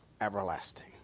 everlasting